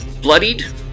bloodied